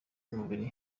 namubiru